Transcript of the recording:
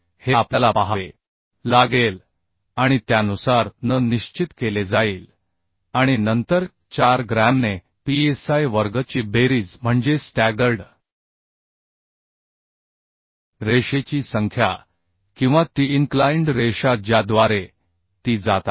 हे आपल्याला पाहावे लागेल आणि त्यानुसार n निश्चित केले जाईल आणि नंतर 4 ग्रॅमने Psi वर्ग ची बेरीज म्हणजे स्टॅगर्ड रेषेची संख्या किंवा ती इन्क्लाइन्ड रेषा ज्याद्वारे ती जात आहे